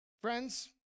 Friends